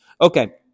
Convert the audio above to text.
Okay